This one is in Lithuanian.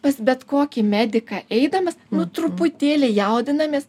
pas bet kokį mediką eidamas nu truputėlį jaudinamės